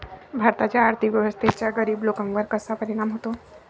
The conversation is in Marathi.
भारताच्या आर्थिक व्यवस्थेचा गरीब लोकांवर कसा परिणाम होतो?